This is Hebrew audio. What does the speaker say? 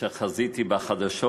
כשחזיתי בחדשות,